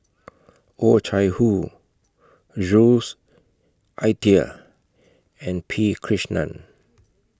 Oh Chai Hoo Jules Itier and P Krishnan